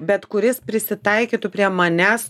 bet kuris prisitaikytų prie manęs